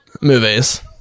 movies